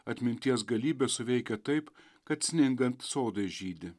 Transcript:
atminties galybė suveikia taip kad sningant sodai žydi